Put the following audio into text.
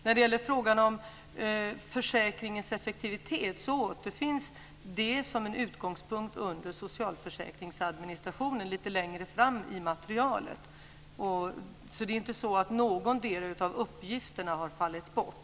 När det gäller frågan om försäkringens effektivitet återfinns det som en utgångspunkt under socialförsäkringsadministrationen lite längre fram i materialet, så det är inte så att någon del av uppgifterna har fallit bort.